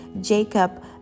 jacob